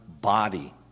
body